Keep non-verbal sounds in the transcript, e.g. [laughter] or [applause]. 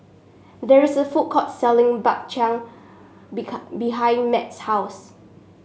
there is a food court selling Bak Chang [unintelligible] behind Matt's house